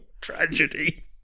tragedy